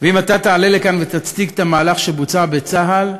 ואם תעלה לכאן ותצדיק את המהלך שבוצע בצה"ל,